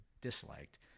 disliked